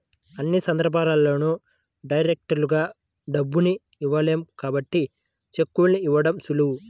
అన్ని సందర్భాల్లోనూ డైరెక్టుగా డబ్బుల్ని ఇవ్వలేం కాబట్టి చెక్కుల్ని ఇవ్వడం సులువు